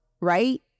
right